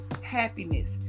happiness